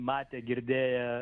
matę girdėję